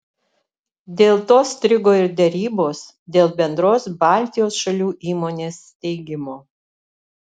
dėl to strigo ir derybos dėl bendros baltijos šalių įmonės steigimo